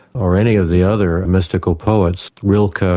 or any of the other mystical poets, rilke, ah